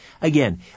Again